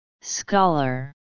scholar